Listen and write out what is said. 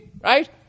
Right